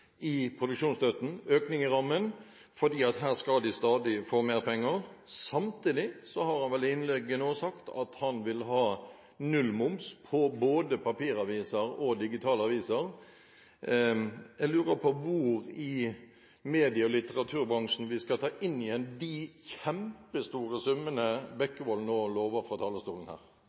i produksjonsstøtten, økning i rammen, for her skal de stadig få mer penger. Samtidig sa han vel i innlegget nå at han vil ha nullmoms på både papiraviser og digitale aviser. Jeg lurer på hvor i medie- og bokbransjen vi skal ta inn igjen de kjempestore summene Bekkevold nå lover fra talerstolen her.